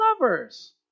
lovers